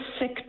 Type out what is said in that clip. sick